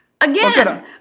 Again